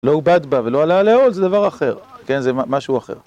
לא עובד בה ולא עלה לעול, זה דבר אחר, כן, זה משהו אחר.